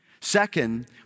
Second